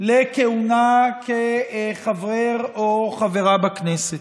לכהונה כחבר או חברה בכנסת.